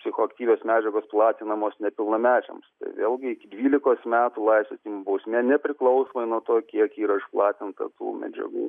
psichoaktyvios medžiagos platinamos nepilnamečiams tai vėlgi dvylikos metų laisvės bausme nepriklausomai nuo to kiek yra išplatinta tų medžiagų